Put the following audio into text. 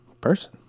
person